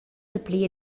dapli